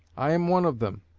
i am one of them,